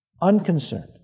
unconcerned